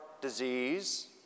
disease